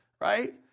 right